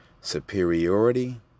superiority